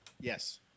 Yes